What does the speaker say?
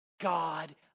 God